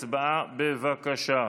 הצבעה, בבקשה.